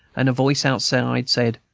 and a voice outside said,